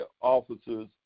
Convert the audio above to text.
officers